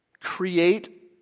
create